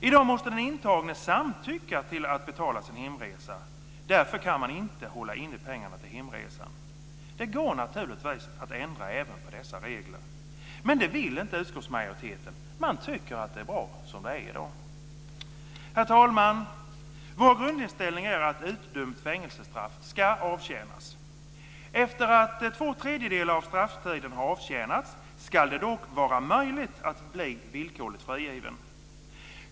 I dag måste den intagne samtycka till att betala sin hemresa. Därför kan man inte hålla inne pengar till hemresan. Det går naturligtvis att ändra även på dessa regler. Men det vill inte utskottsmajoriteten. Man tycker att det är bra som det är i dag. Herr talman! Vår grundinställning är att utdömt fängelsestraff ska avtjänas. Efter att två tredjedelar av strafftiden har avtjänats ska det dock vara möjligt att bli villkorligt frigiven.